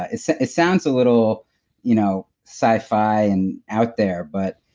ah so it sounds a little you know sci-fi and out there, but